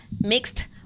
mixed